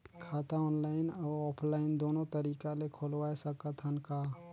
खाता ऑनलाइन अउ ऑफलाइन दुनो तरीका ले खोलवाय सकत हन का?